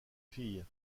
fille